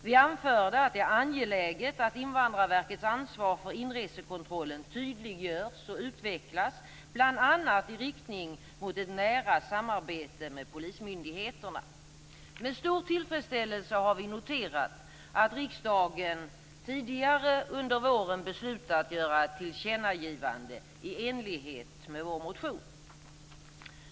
Vi har anfört att det är angeläget att Invandrarverkets ansvar för inresekontrollen tydliggörs och utvecklas, bl.a. i riktning mot ett nära samarbete med polismyndigheterna. Med stor tillfredsställelse har vi noterat att riksdagen tidigare under våren beslutat göra ett tillkännagivande i enlighet med vår motion.